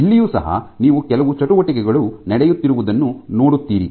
ಇಲ್ಲಿಯೂ ಸಹ ನೀವು ಕೆಲವು ಚಟುವಟಿಕೆಗಳು ನಡೆಯುತ್ತಿರುವುದನ್ನು ನೋಡುತ್ತೀರಿ